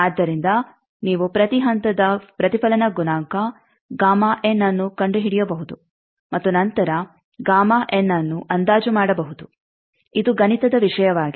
ಆದ್ದರಿಂದ ನೀವು ಪ್ರತಿ ಹಂತದ ಪ್ರತಿಫಲನ ಗುಣಾಂಕ ಅನ್ನು ಕಂಡುಹಿಡಿಯಬಹುದು ಮತ್ತು ನಂತರ ಅನ್ನು ಅಂದಾಜು ಮಾಡಬಹುದು ಇದು ಗಣಿತದ ವಿಷಯವಾಗಿದೆ